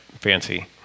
fancy